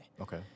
Okay